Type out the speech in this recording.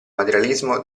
materialismo